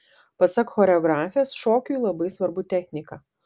pasak choreografės šokiui labai svarbu technika